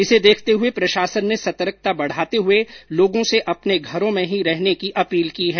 इसे देखते हुए प्रशासन ने सतर्कता बढाते हुए लोगों से अपने घरों में ही रहने की अपील की है